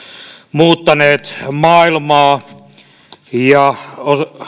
muuttaneet maailmaa ja